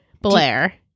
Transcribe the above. Blair